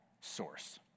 source